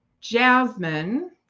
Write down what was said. Jasmine